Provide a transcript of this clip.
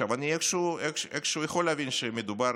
עכשיו אני איכשהו יכול להבין שמדובר